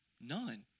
None